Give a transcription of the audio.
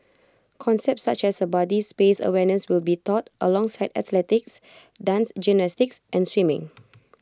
concepts such as A body space awareness will be taught alongside athletics dance gymnastics and swimming